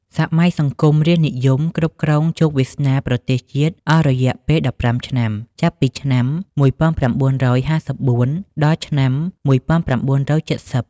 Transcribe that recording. សម័យសង្គមរាស្ត្រនិយម គ្រប់គ្រងជោគវាសនាប្រទេសជាតិអស់រយៈពេល ១៥ ឆ្នាំ ចាប់ពីឆ្នាំ ១៩៥៤ ដល់ឆ្នាំ ១៩៧០។